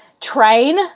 train